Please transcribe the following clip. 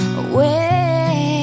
away